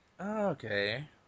okay